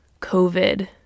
covid